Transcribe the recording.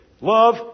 love